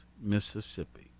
Mississippi